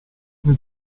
nel